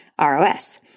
ROS